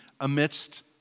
amidst